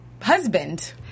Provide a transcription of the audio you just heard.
husband